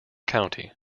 county